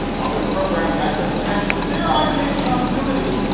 the following program has the potential, dare i say, probability,